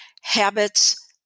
habits